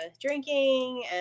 drinking